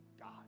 God